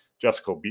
Jessica